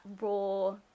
raw